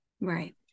Right